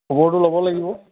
খবৰটো ল'ব লাগিব